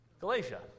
Galatia